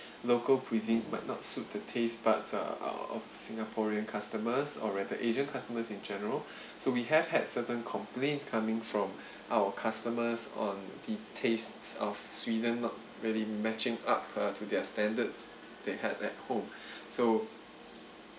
local cuisines might not suit the taste buds uh of singaporean customers or rather asian customers in general so we have had certain complaints coming from our customers on the taste of sweden not really matching up uh to their standards they had at home so